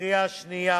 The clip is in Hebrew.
בקריאה שנייה